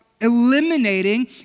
eliminating